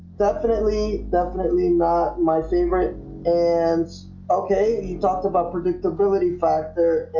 definitely definitely not my favorite and okay, you talked about predictability factor?